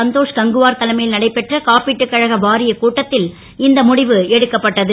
சந்தோ கங்குவார் தலைமை ல் நடைபெற்ற காப்பீட்டுக் கழக வாரியக் கூட்டத் ல் இந்த முடிவு எடுக்கப்பட்டது